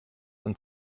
and